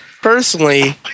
personally